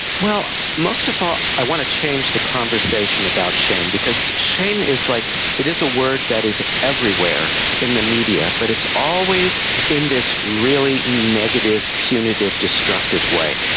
well, most of all i want to change the conversation about shame because shame is like, it is a word that is everywhere in the media but it's always in this really negative, punitive, destructive way.